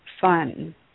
fun